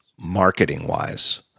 marketing-wise